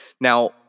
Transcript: Now